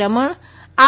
Raman R